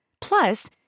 Plus